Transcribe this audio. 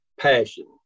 passion